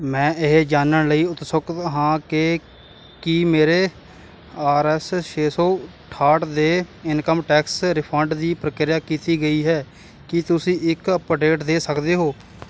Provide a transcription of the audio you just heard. ਮੈਂ ਇਹ ਜਾਣਨ ਲਈ ਉਤਸੁਕ ਹਾਂ ਕਿ ਕੀ ਮੇਰੇ ਆਰ ਐੱਸ ਛੇ ਸੌ ਅਠਾਹਠ ਦੇ ਇਨਕਮ ਟੈਕਸ ਰਿਫੰਡ ਦੀ ਪ੍ਰਕਿਰਿਆ ਕੀਤੀ ਗਈ ਹੈ ਕੀ ਤੁਸੀਂ ਇੱਕ ਅਪਡੇਟ ਦੇ ਸਕਦੇ ਹੋ